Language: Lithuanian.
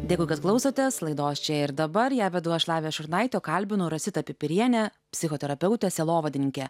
dėkui kad klausotės laidos čia ir dabar ją vedu aš lavija šurnaitė o kalbinu rositą pipirienę psichoterapeutę sielovadininkę